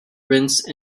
rinse